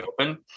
open